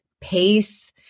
pace